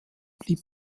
blieb